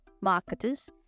marketers